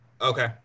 okay